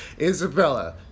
Isabella